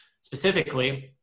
specifically